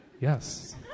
Yes